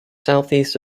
southeast